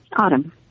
Autumn